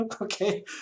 Okay